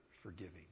forgiving